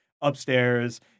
upstairs